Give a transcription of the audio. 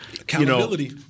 Accountability